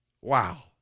Wow